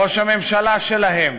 ראש הממשלה שלהם.